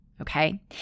okay